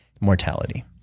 mortality